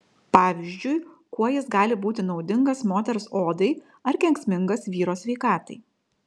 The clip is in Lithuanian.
pavyzdžiui kuo jis gali būti naudingas moters odai ar kenksmingas vyro sveikatai